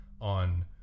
on